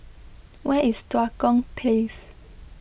where is Tua Kong Place